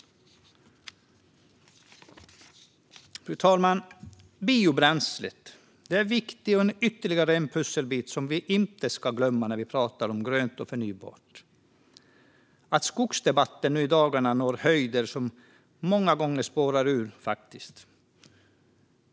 Fru talman! Biobränslet är viktigt och ytterligare en pusselbit som vi inte ska glömma när vi pratar om grönt och förnybart. Skogsdebatten når i dagarna höjder och spårar många gånger ur.